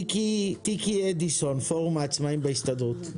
תיקי אדיסון מפורום העצמאים בהסתדרות,